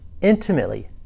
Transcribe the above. intimately